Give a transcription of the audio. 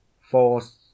Force